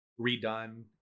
redone